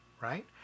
right